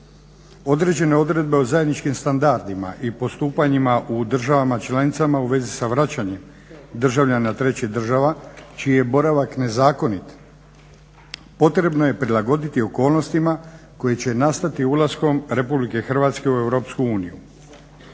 Određene odredbe o zajedničkim standardima i postupanjima u državama članicama u vezi sa vraćanjem državljana trećih država čiji je boravak nezakonit, potrebno je prilagoditi okolnostima koje će nastati ulaskom Republike Hrvatske u